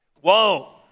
Whoa